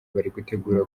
baritegura